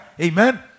Amen